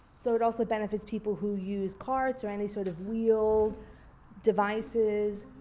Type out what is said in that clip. so it also benefits people who use carts or any sort of wheeled devices.